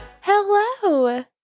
Hello